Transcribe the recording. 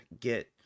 get